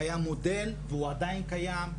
היה מודל והוא עדיין קיים.